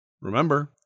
remember